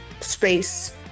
space